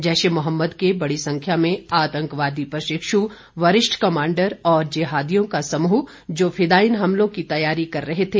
जैश ए मोहम्मद के बड़ी संख्या में आतंकवादी प्रशिक्षु वरिष्ठ कमांडर और जिहादियों का समूह जो फिदायिन हमलों की तैयारी कर रहे थे